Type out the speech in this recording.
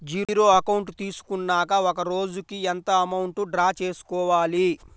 Zero account తీసుకున్నాక ఒక రోజుకి ఎంత అమౌంట్ డ్రా చేసుకోవాలి?